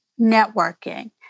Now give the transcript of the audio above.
networking